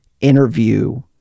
interview